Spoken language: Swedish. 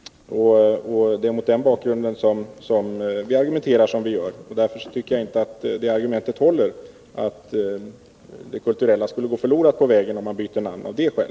Det är mot den bakgrunden vi argumenterar som vi gör, och därför tycker jag inte att argumentet håller att det kulturella skulle gå förlorat på vägen om man byter namn på länet.